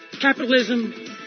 capitalism